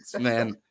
man